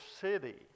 city